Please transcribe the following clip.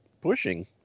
pushing